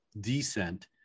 descent